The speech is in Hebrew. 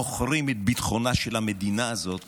מוכרים את ביטחונה של המדינה הזאת